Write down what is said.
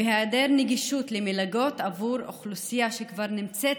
והיעדר נגישות למלגות בעבור אוכלוסייה שכבר נמצאת